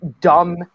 dumb